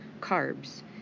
carbs